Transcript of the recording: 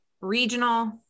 regional